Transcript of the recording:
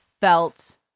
felt